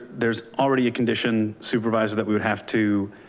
there's already a condition supervisor that we would have to